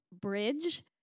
bridge